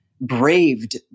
braved